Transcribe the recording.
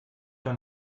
doch